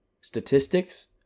statistics